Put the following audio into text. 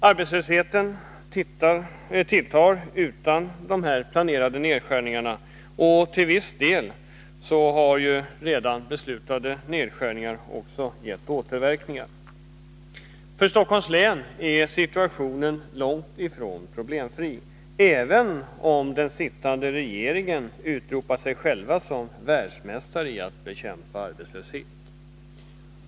Arbetslösheten tilltar utan dessa planerade och till viss del redan beslutade nedskärningar. För Stockholms län är situationen långt ifrån problemfri, även om den sittande regeringen utropat sig själva som världsmästare i att bekämpa arbetslöshet.